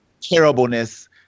terribleness